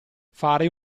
fare